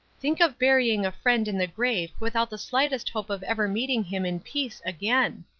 think of burying a friend in the grave without the slightest hope of ever meeting him in peace again!